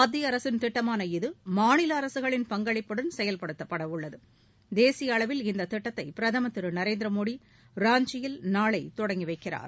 மத்திய அரசின் திட்டமான இது மாநில அரசுகளின் பங்களிப்புடன் செயல்படுத்தப்படவுள்ளது தேசிய அளவில் இந்தத் திட்டத்தை பிரதமர் திரு நரேந்திரமோடி ராஞ்சியில் நாளை தொடங்கி வைக்கிறார்